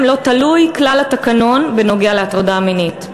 לא תלוי כלל התקנון בנוגע להטרדה מינית.